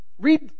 Read